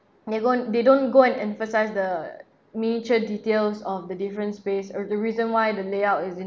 they go and they don't go and emphasize the major details of the different space uh the reason why the layout is in